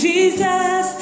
Jesus